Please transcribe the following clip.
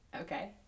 Okay